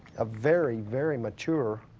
a very, very mature